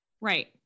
right